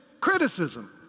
Criticism